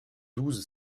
douze